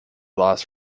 last